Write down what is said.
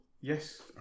Yes